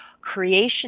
creation